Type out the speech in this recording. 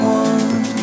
one